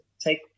take